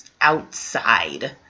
outside